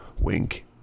Wink